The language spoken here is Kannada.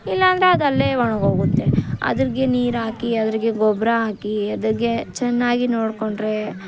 ಇಲ್ಲ ಅಂದರೆ ಅದು ಅಲ್ಲೇ ಒಣಗೋಗುತ್ತೆ ಅದ್ರಾಗೆ ನೀರು ಹಾಕಿ ಅದ್ರಾಗೆ ಗೊಬ್ಬರ ಹಾಕಿ ಅದಕ್ಕೆ ಚೆನ್ನಾಗಿ ನೋಡಿಕೊಂಡ್ರೆ